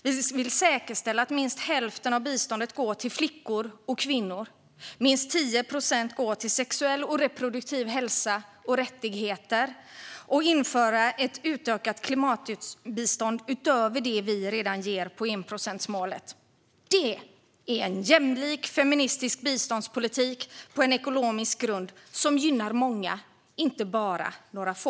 Vi vill säkerställa att minst hälften av biståndet går till flickor och kvinnor och att minst 10 procent går till sexuell och reproduktiv hälsa och rättigheter. Vi vill också införa ett utökat klimatbistånd utöver det vi redan ger i samband med enprocentsmålet. Det är en jämlik, feministisk biståndspolitik på en ekonomisk grund som gynnar många - inte bara några få.